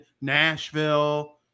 Nashville